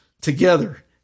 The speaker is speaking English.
together